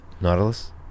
Nautilus